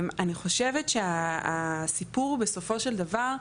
אני חושבת שהסיפור הוא בסופו של דבר,